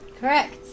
Correct